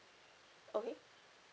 okay